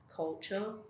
culture